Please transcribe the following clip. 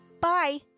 Bye